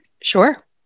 Sure